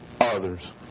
others